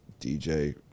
DJ